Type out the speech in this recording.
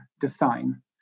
design